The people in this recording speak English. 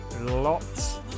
lots